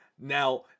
now